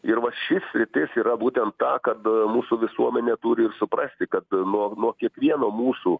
ir va ši sritis yra būtent ta kad mūsų visuomenė turi ir suprasti kad nuo nuo kiekvieno mūsų